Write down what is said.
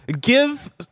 Give